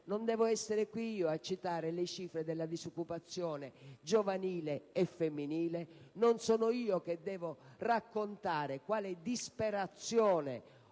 Non devo essere io qui a citare le cifre della disoccupazione giovanile e femminile; non sono io che devo raccontare quale disperazione